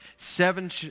Seven